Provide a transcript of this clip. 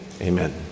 amen